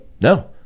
No